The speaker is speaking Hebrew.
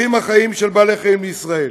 את המשלוחים החיים של בעלי חיים לישראל.